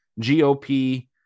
GOP